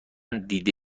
دیده